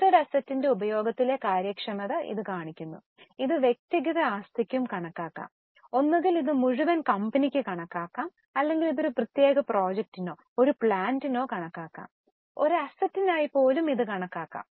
fixed അസ്സെറ്റ്സിന്റെ ഉപയോഗത്തിലെ കാര്യക്ഷമത ഇത് കാണിക്കുന്നു ഇത് വ്യക്തിഗത ആസ്തിക്കും കണക്കാക്കാം ഒന്നുകിൽ ഇത് മുഴുവൻ കമ്പനിക്കും കണക്കാക്കാം ഇത് ഒരു പ്രത്യേക പ്രോജക്റ്റിനോ പ്ലാന്റിനോ കണക്കാക്കാം ഒരു അസറ്റിനായി പോലും ഇത് കണക്കാക്കാം